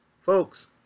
Folks